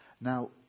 Now